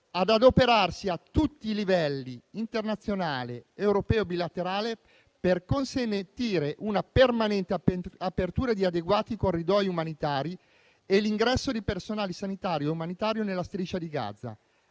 di adoperarsi a tutti i livelli, internazionale, europeo e bilaterale, per consentire una permanente apertura di adeguati corridoi umanitari e l'ingresso di personale sanitario e umanitario nella Striscia di Gaza,